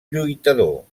lluitador